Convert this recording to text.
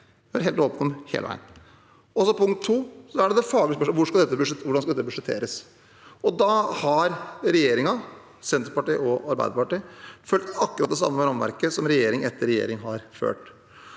hvordan dette skal budsjetteres. Da har regjeringen, Senterpartiet og Arbeiderpartiet, fulgt akkurat det samme rammeverket som regjering etter regjering har fulgt.